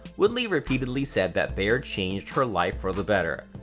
woodley repeatedly said that bear changed her life for the better.